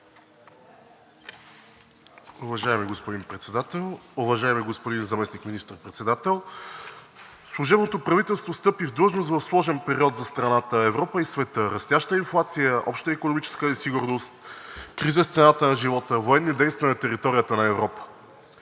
Уважаеми господин Председател, уважаеми господин Заместник министър-председател! Служебното правителство встъпи в длъжност в сложен период за страната, Европа и света – растяща инфлация, обща икономическа несигурност, криза с цената на живота, военни действия на територията на Европа.